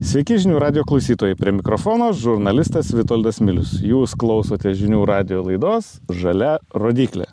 sveiki žinių radijo klausytojai prie mikrofono žurnalistas vitoldas milius jūs klausotės žinių radijo laidos žalia rodyklė